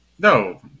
No